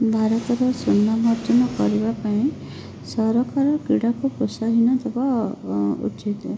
ଭାରତରେ ସୁନାମ ଅର୍ଜନ କରିବା ପାଇଁ ସରକାର କ୍ରୀଡ଼ାକୁ ପ୍ରୋସାହନ ଦେବା ଉଚିତ